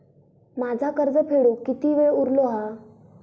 माझा कर्ज फेडुक किती वेळ उरलो हा?